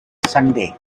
sunday